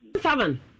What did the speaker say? seven